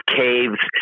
caves